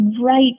Right